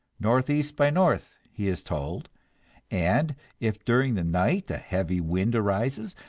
northeast by north, he is told and if during the night a heavy wind arises,